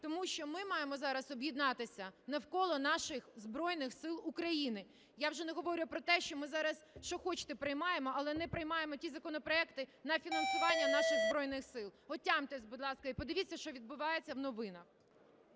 Тому що ми маємо зараз об'єднатися навколо наших Збройних Сил України. Я вже не говорю про те, що ми зараз, що хочете приймаємо, але не приймаємо ті законопроекти на фінансування наших Збройних Сил. Отямтесь, будь ласка, і подивіться, що відбувається в новинах.